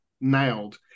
nailed